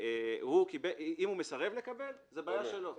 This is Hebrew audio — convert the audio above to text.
אם הוא מסרב לקבל זו בעיה שלו.